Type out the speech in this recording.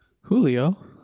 Julio